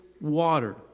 water